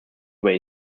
über